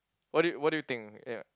what do you what do you think ya